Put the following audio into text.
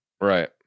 right